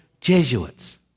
Jesuits